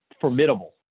formidable